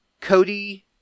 cody